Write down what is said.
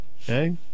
Okay